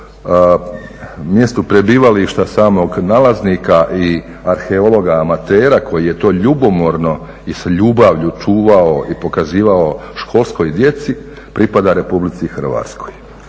mjestu prebivališta samog nalaznika i arheologa amatera koji je to ljubomorno i s ljubavlju čuvao i pokazivao školskoj djeci, pripada RH. O tome